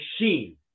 machine